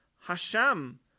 Hashem